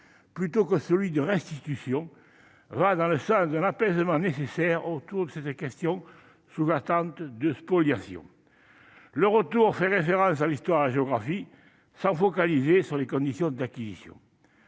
plutôt que celui de « restitution », va dans le sens d'un apaisement nécessaire autour de cette question sous-jacente des spoliations. Le retour fait référence à l'histoire et à la géographie, sans se focaliser sur les conditions d'acquisition.